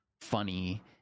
funny